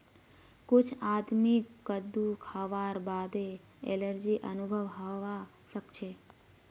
कुछ आदमीक कद्दू खावार बादे एलर्जी अनुभव हवा सक छे